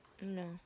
No